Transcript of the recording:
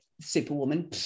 superwoman